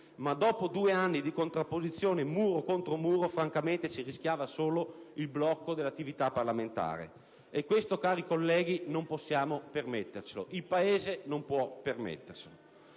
ma dopo due anni di contrapposizione muro contro muro, francamente si rischiava solo il blocco dell'attività parlamentare: e questo, cari colleghi, non possiamo permettercelo. Il Paese non può permetterselo.